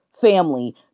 family